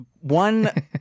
One